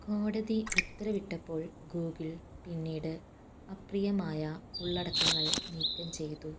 കോടതി ഉത്തരവിട്ടപ്പോൾ ഗൂഗിൾ പിന്നീട് അപ്രിയമായ ഉള്ളടക്കങ്ങൾ നീക്കം ചെയ്തു